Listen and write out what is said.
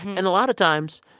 and a lot of times,